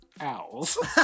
owls